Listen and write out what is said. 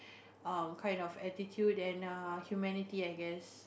um kind of attitude and err humanity I guess